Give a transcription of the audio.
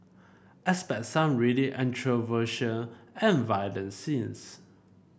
expect some really and violent scenes